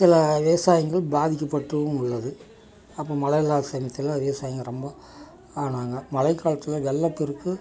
சில விவசாயிங்கள் பாதிக்கப்பட்டும் உள்ளது அப்போ மழை இல்லாத சமயத்தில் விவசாயிகள் ரொம்ப ஆனாங்க மழை காலத்தில் வெள்ளம் பெருக்கு